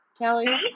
Kelly